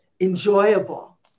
enjoyable